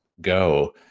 go